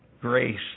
grace